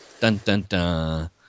Dun-dun-dun